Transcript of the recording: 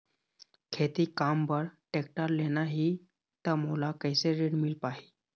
खेती काम बर टेक्टर लेना ही त मोला कैसे ऋण मिल पाही?